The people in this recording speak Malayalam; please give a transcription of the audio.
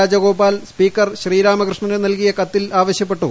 രാജഗോപാൽ സ്പീക്കർ ശ്രീരാമകൃഷ്ണൻ നല്കിയ കത്തിൽ ആവശ്യപ്പെട്ടു